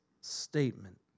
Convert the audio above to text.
statement